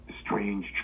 strange